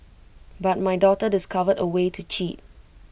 but my daughter discovered A way to cheat